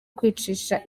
kwicisha